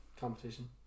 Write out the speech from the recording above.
competition